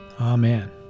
Amen